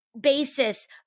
basis